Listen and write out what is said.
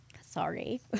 Sorry